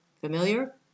Familiar